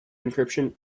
encryption